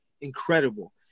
incredible